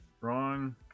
wrong